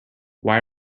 why